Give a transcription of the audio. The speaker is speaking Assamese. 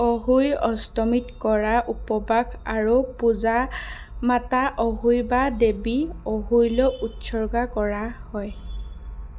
অহোই অষ্টমীত কৰা উপবাস আৰু পূজা মাতা অহোই বা দেৱী অহোইলৈ উৎসৰ্গা কৰা হয়